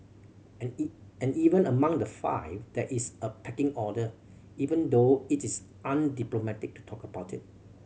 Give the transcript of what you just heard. and and even among the five there is a pecking order even though it is undiplomatic to talk about it